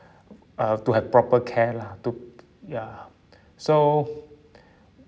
uh to have proper care lah to ya so